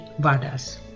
Vadas